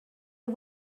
بود